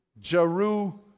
Jeru